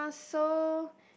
so